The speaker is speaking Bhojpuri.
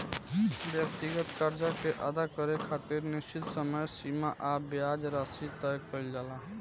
व्यक्तिगत कर्जा के अदा करे खातिर निश्चित समय सीमा आ ब्याज राशि तय कईल जाला